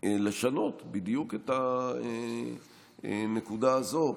לשנות בדיוק את הנקודה הזו,